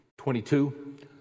22